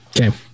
Okay